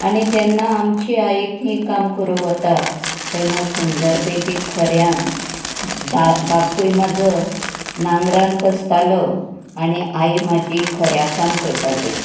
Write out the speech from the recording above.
आनी जेन्ना आमची आई थी काम करूंक वता तेन्ना सुंदर पैकी खोऱ्यान बा बापूय म्हाजो नांगरान कसतालो आनी आई म्हाजी खोऱ्यां काम करताली